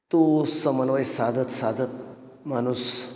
तो समन्वय साधत साधत माणूस